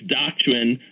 doctrine